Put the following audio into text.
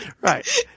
Right